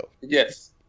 yes